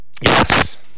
Yes